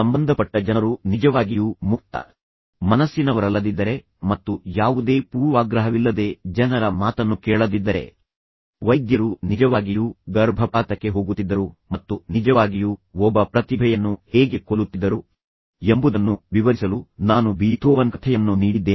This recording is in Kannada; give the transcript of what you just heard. ಸಂಬಂಧಪಟ್ಟ ಜನರು ನಿಜವಾಗಿಯೂ ಮುಕ್ತ ಮನಸ್ಸಿನವರಲ್ಲದಿದ್ದರೆ ಮತ್ತು ಯಾವುದೇ ಪೂರ್ವಾಗ್ರಹವಿಲ್ಲದೆ ಜನರ ಮಾತನ್ನು ಕೇಳದಿದ್ದರೆ ವೈದ್ಯರು ನಿಜವಾಗಿಯೂ ಗರ್ಭಪಾತಕ್ಕೆ ಹೋಗುತ್ತಿದ್ದರು ಮತ್ತು ನಿಜವಾಗಿಯೂ ಒಬ್ಬ ಪ್ರತಿಭೆಯನ್ನು ಹೇಗೆ ಕೊಲ್ಲುತ್ತಿದ್ದರು ಎಂಬುದನ್ನು ವಿವರಿಸಲು ನಾನು ಬೀಥೋವನ್ ಕಥೆಯನ್ನು ನೀಡಿದ್ದೇನೆ